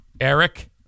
Eric